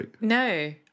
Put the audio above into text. No